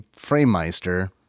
Framemeister